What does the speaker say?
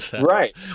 Right